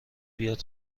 بیاد